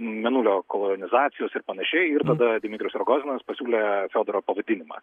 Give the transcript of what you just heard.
mėnulio kolonizacijos ir panašiai ir tada dmitrijus rogozinas pasiūlė feodoro pavadinimą